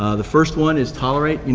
ah the first one is tolerate.